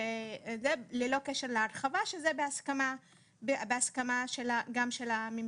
ללא קשר להרחבה, שזה בהסכמה גם של הממשלה.